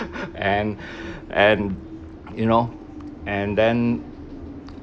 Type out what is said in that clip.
and and you know and then